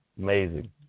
Amazing